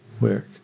work